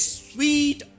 sweet